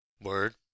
Word